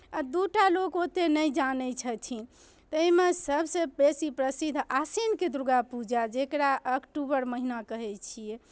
आ दू टा लोक ओतेक नहि जानै छथिन एहिमे सभसँ बेसी प्रसिद्ध आश्विनके दुर्गा पूजा जकरा अक्टूबर महीना कहै छियै